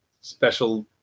special